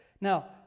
Now